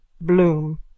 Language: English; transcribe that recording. Bloom